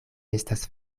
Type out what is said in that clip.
estas